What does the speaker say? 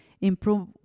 improve